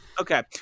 Okay